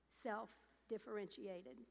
self-differentiated